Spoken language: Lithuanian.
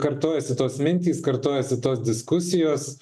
kartojasi tos mintys kartojasi tos diskusijos